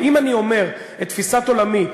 ואם אני אומר את תפיסת עולמי,